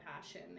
passion